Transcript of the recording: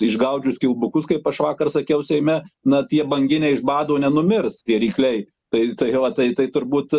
išgaudžius kilbukus kaip aš vakar sakiau seime na tie banginiai iš bado nenumirs tie rykliai tai tai va tai tai turbūt